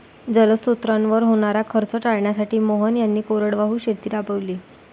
जलस्रोतांवर होणारा खर्च टाळण्यासाठी मोहन यांनी कोरडवाहू शेती राबवली